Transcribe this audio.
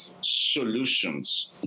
solutions